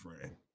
friend